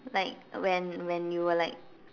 like when when when you were like